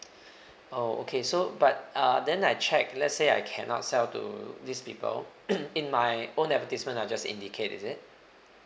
oh okay so but uh then I check let's say I cannot sell to these people in my own advertisement I just indicate is it